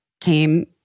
came